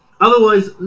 Otherwise